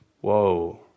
Whoa